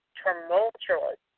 tumultuous